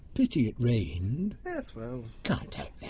pity it rained. yes, well. can't help